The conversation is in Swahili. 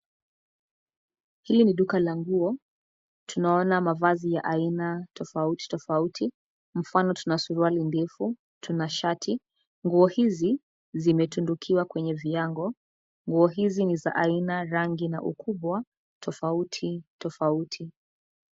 Hili ni duka la nguo, tunaona mavazi ya aina tofauti tofauti. Mfano tuna suruali ndefu, tuna shati. Nguo hizi zimetundukiwa kwenye viango. Nguo hizi ni za aina, rangi na ukubwa tofauti tofauti.